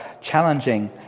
challenging